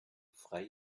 frei